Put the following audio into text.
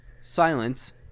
silence